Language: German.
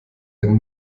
ein